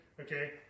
Okay